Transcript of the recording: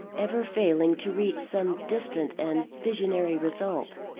ever failing to reach some distant and visionary result.